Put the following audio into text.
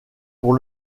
pour